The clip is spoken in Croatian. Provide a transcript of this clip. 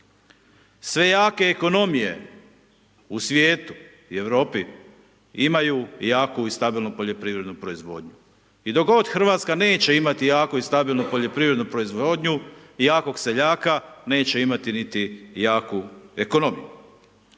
Sve jake ekonomije u svijetu i Europi imaju jaku i stabilnu poljoprivrednu proizvodnju. i dok god Hrvatska neće imati jaku i stabilnu poljoprivrednu proizvodnju, jako seljaka, neće imati niti jaku ekonomiju.